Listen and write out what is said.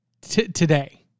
today